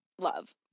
Love